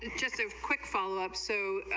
just a quick follow-up so,